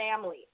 family